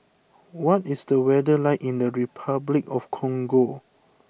what is the weather like in the Repuclic of Congo